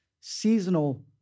seasonal